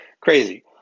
crazy